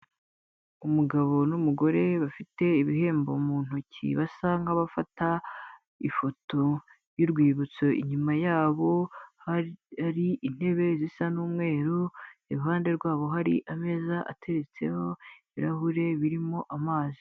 Umugabo n'umugore bafite ibihembo mu ntoki basa nk'abafata ifoto y'urwibutso inyuma yabo hari intebe zisa n'umweru, iruhande rwabo hari ameza ateretseho ibirahure birimo amazi.